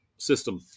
System